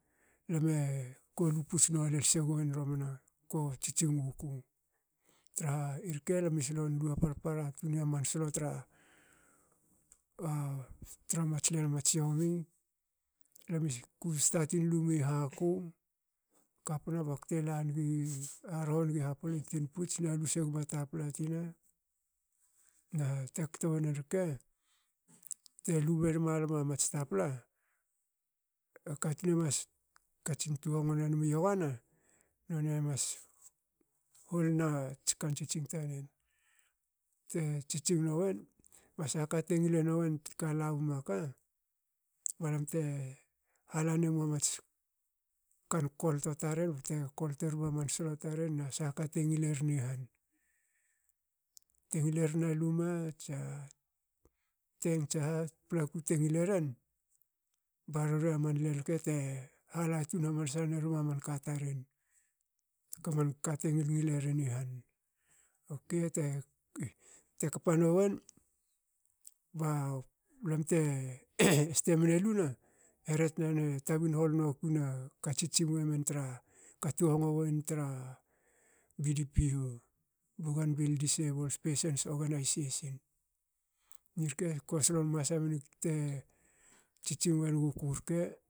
Lame. kolu puts noa segen romana ko tsitsing wuku traha irke lame slon lu ha parpara tunia man slo tra tra mats len mats yomi. ku statin lumi haku kapna bakte arho nigi hapla tinputs nalu senaga tapli tina nate kto woren rke. te ber malam mats tapla a katun emas katsin tuhongo nimi yogana none mas holna kan tsitsing tanen. Te tsitsing noen ba sahaka te ngil enuen kalao ma ka balam te hala nema mats kolto taren bte kolto ruma man slo taren na sahaka te ngileren i han. Te ngilerin a luma tsa tank tsaha paplaku te ngile ren. ba rora man len rke te hala tun hamansa merma manka taren. manka te ngil ngil eren i han. Okei te kpa noen ba lamte ste mne luna here tnane tabin hol noku ka tsitsing wen tra ka tuhongo wen tra bdpo bougainville disables persons organisation. nirke ko slon masa menig te tsitsing wenguku rke